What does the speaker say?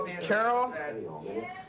Carol